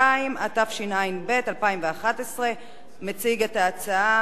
42), התשע"ב 2011. מציג את ההצעה